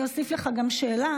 אני אוסיף לך גם שאלה,